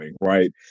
Right